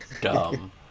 dumb